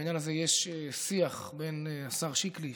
בעניין הזה יש שיח בין השר שקלי,